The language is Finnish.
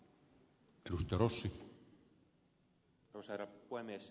arvoisa herra puhemies